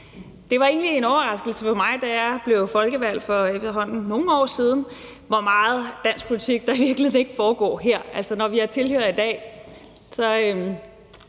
Det var egentlig en overraskelse for mig, da jeg blev folkevalgt for efterhånden nogle år siden, hvor meget dansk politik der i virkeligheden ikke foregår her. Altså, når vi har tilhørere i dag, er